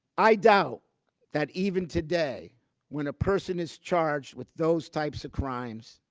i doubt that even today when a person is charged with those types of crimes